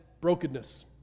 brokenness